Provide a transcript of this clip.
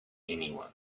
anyone